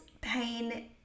pain